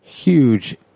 Huge